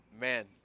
man